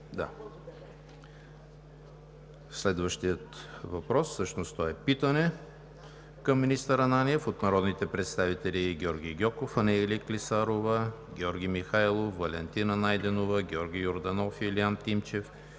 Следващото питане към министър Ананиев е от народните представители Георги Гьоков, Анелия Клисарова, Георги Михайлов, Валентина Найденова, Георги Йорданов, Илиян Тимчев